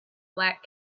black